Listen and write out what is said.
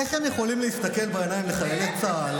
איך הם יכולים להסתכל בעיניים לחיילי צה"ל